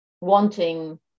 wanting